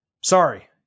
sorry